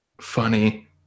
funny